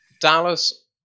Dallas-